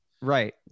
Right